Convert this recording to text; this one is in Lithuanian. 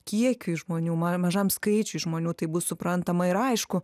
kiekiui žmonių ma mažam skaičiui žmonių tai bus suprantama ir aišku